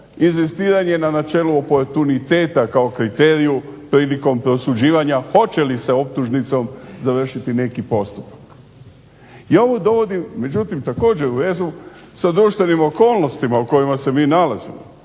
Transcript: inzistiranje na načelu oportuniteta kao kriteriju prilikom prosuđivanja hoće li se optužnicom završiti neki postupak. I ovo dovodim međutim također u vezu sa …/Ne razumije se./… okolnostima u kojima se mi nalazimo.